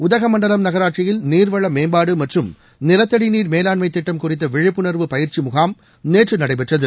உதகமண்டலம் நகராட்சியில் நீர் வள மேம்பாடு மற்றும் நிலத்தடி நீர் மேவாண்மை திட்டம் குறித்த விழிப்புணர்வு பயிற்சி முகாம் நேற்று நடைபெற்றது